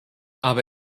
aber